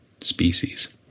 species